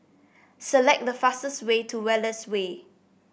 select the fastest way to Wallace Way